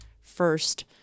first